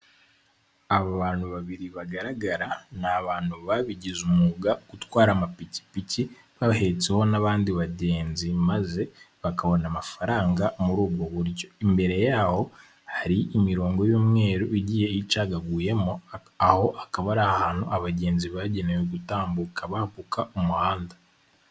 Aba bantu babiri bagaragara, ni abantu babigize umwuga gutwara amapikipiki, bahetseho n'abandi bagenzi, maze bakabona amafaranga muri ubwo buryo, imbere yawo hari imirongo y'umweru ugiye icagaguyemo, aho akaba ari ahantu abagenzi bagenewe gutambuka bambuka umuhanda.